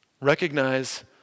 Recognize